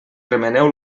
remeneu